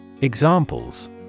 Examples